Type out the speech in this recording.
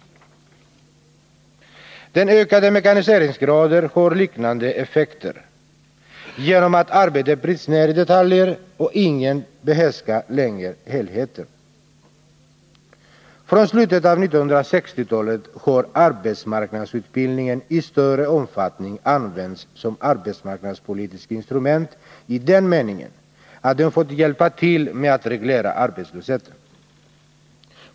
Den ökade mekaniseringsgraden har liknande effekter genom att arbetet bryts ner i detaljer och ingen längre behärskar helheten. Från slutet av 1960-talet har arbetsmarknadsutbildningen i större omfattning använts som arbetsmarknadspolitiskt instrument i den meningen att den fått hjälpa till med att reglera arbetslösheten.